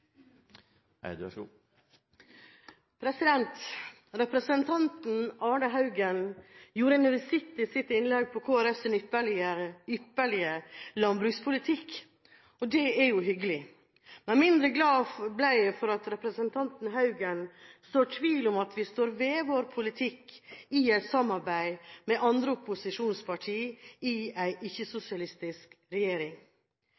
Representanten Arne L. Haugen hadde i sitt innlegg en visitt til Kristelig Folkepartis ypperlige landbrukspolitikk, og det er jo hyggelig. Men mindre glad ble jeg for at representanten Haugen sår tvil om at vi står ved vår politikk i et samarbeid med andre opposisjonspartier i